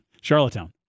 Charlottetown